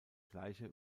gleiche